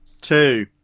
two